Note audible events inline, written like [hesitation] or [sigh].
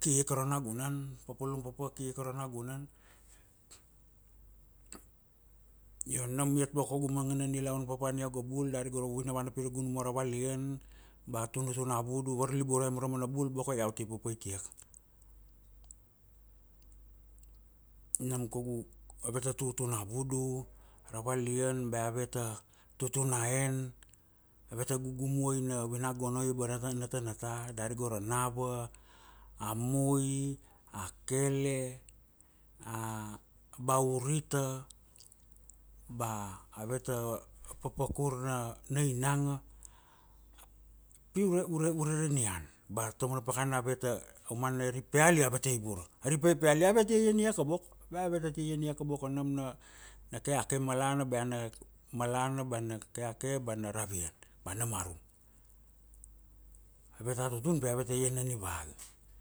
ki ka aro nagunan, papalum papa ki ka aro nagunan. Io nam iat kaugu manga na nilaun papa ania iau ga bul dari go ra vina vana pi ra ni gumu ara valian ba tunutun na vudu, varliburai ma ra mana bul boko iau ti papaitia ka. Nam kaugu, ave ta tutun na vudu ara valian ba ave ta tutun na en, avet ta gugu muai na vina gonoi abara natanata dari go ra nava, a mui, a kele, [hesitation] ba urita, ba ave ta papa kur na, na inanga, pi ure, ure, ure ra nian ba ta mana pakana ave ta a umana ari peal io ave ta ivura, ari pa i peal io ave ta iania ka boko, ba ave ta ti iania ka boko nam na keake malana bea na malana, ba na keake ba na ravian ba na marum. Ave ta tutun pi ave ta ian na niva ga.